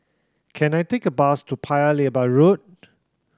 can I take a bus to Paya Lebar Road